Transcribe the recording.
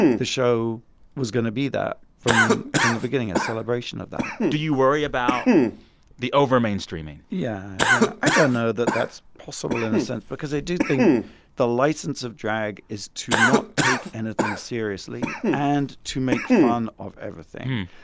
the show was going to be that from from the beginning a celebration of that do you worry about the over-mainstreaming? yeah. yeah, i don't know that that's possible, in a sense, because i do think the license of drag is to not take anything seriously and to make fun of everything.